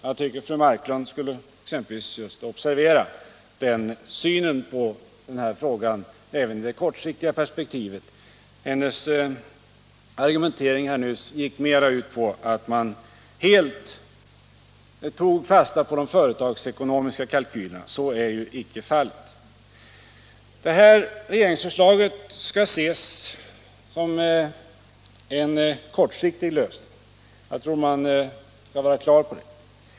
Jag tycker att fru Marklund borde observera den synen på frågan även i det kortsiktiga perspektivet. Hennes argumentering här nyss gick ut på att man enbart tog fasta på de företagsekonomiska kalkylerna. Så är ju icke fallet. Regeringsförslaget skall ses som en kortsiktig lösning — man bör vara på det klara med det.